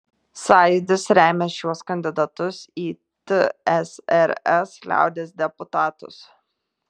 sąjūdis remia šiuos kandidatus į tsrs liaudies deputatus